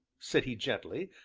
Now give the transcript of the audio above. said he gently,